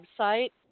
website